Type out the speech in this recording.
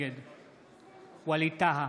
נגד ווליד טאהא,